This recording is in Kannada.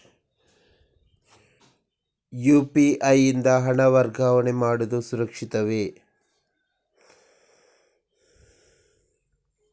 ಯು.ಪಿ.ಐ ಯಿಂದ ಹಣ ವರ್ಗಾವಣೆ ಮಾಡುವುದು ಸುರಕ್ಷಿತವೇ?